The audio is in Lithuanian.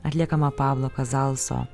atliekamą pablo kazalso